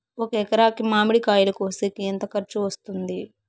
ఒక ఎకరాకి మామిడి కాయలు కోసేకి ఎంత ఖర్చు వస్తుంది?